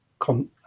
con